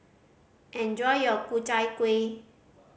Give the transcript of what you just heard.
enjoy your Ku Chai Kuih